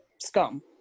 scum